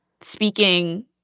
speaking